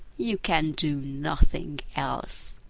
you can do nothing else!